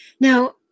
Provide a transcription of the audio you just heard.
Now